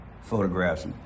photographs